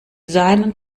seinen